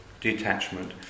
detachment